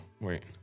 Wait